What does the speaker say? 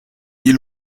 mis